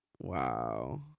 wow